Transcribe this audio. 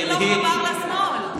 אבל שמיר לא חבר לשמאל.